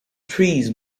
trees